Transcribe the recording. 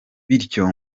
bityo